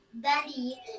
Daddy